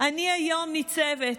אני היום ניצבת